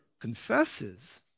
confesses